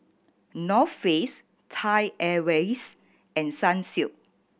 North Face Thai Airways and Sunsilk